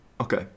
Okay